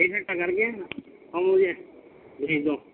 ایک ایک ہزار کر کے نا مجھے بھیج دو